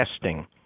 testing